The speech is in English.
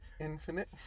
Infinite